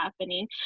happening